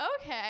okay